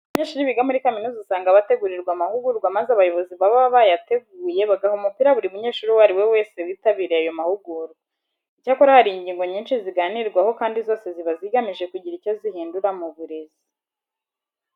Abanyeshuri biga muri kaminuza usanga bategurirwa amahugurwa maze abayobozi baba bayateguye bagaha umupira buri munyeshuri uwo ari we wese witabiriye ayo mahugurwa. Icyakora hari ingingo nyinshi ziganirwaho kandi zose ziba zigamije kugira icyo zihindura mu burezi.